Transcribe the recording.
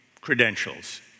credentials